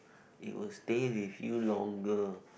it will stay with you longer